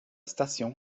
station